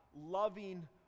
loving